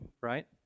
right